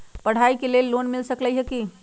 पढाई के लेल लोन मिल सकलई ह की?